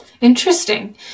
Interesting